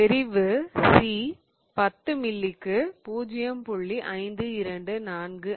செறிவு c 10 மில்லிக்கு 0